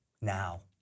now